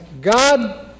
God